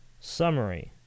summary